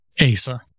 ASA